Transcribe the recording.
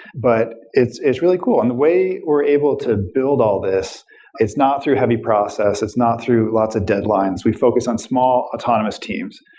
but it's it's really cool. and the way we're able to build all this is not through heavy process. it's not through lots of deadlines. we focus on small autonomous teams.